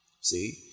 See